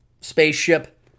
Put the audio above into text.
spaceship